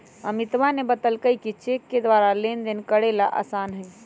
अमितवा ने बतल कई कि चेक के द्वारा लेनदेन करे ला आसान हई